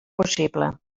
possible